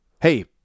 Hey